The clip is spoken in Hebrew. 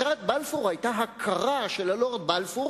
הצהרת בלפור היתה הכרה של הלורד בלפור